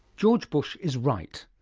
george bush is right,